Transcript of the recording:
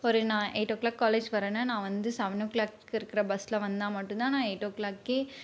ஒரு நான் eight o'clock college வர்றேனால் நான் வந்து செவன் ஓ கிளாக்கு இருக்கிற பஸ்ஸில் வந்தால் மட்டுந்தான் நான் எயிட் ஓ கிளாக்கே